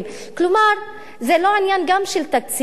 כלומר, זה גם לא עניין של תקציב אדיר.